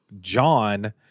John